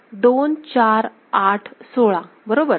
2 4 8 16 बरोबर